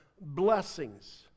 blessings